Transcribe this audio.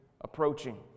approaching